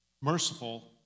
Merciful